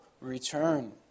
return